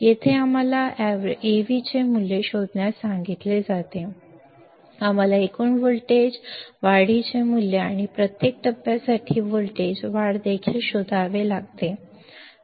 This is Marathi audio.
येथे आम्हाला Av चे मूल्य शोधण्यास सांगितले जाते आम्हाला एकूण व्होल्टेज वाढीचे मूल्य आणि प्रत्येक टप्प्यासाठी व्होल्टेज वाढ देखील शोधावे लागते